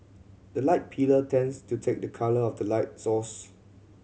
the light pillar tends to take the colour of the light source